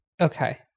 okay